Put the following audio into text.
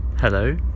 Hello